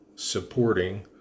supporting